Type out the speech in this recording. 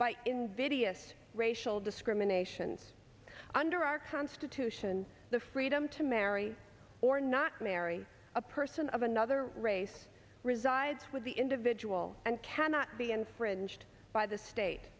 by invidious racial discrimination under our constitution the freedom to marry or not marry a person of another race resides with the individual and cannot be infringed by the state